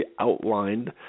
outlined